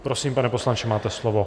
Prosím, pane poslanče, máte slovo.